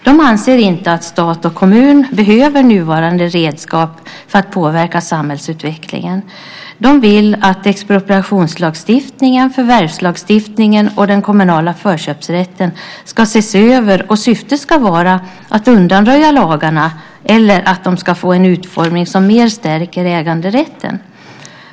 De anser inte att stat och kommun behöver nuvarande redskap för att påverka samhällsutvecklingen. De vill att expropriationslagstiftningen, förvärvslagstiftningen och den kommunala förköpsrätten ska ses över. Och syftet ska vara att undanröja lagarna eller att de ska få en utformning som mer stärker äganderätten.